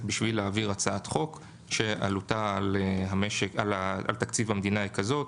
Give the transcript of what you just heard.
בשביל להעביר הצעת חוק שעלותה על תקציב המדינה היא כזאת.